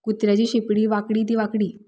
कुत्र्याची शेंपडी वांकडी ती वांकडी